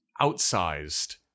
outsized